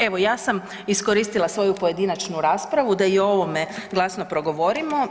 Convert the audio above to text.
Evo ja sam iskoristila svoju pojedinačnu raspravu da i o ovome glasno progovorimo.